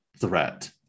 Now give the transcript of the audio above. threat